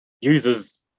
users